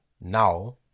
now